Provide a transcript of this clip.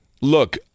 look